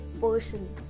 person